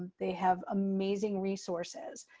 they have amazing resources.